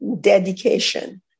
dedication